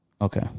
okay